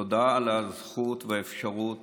תודה על הזכות והאפשרות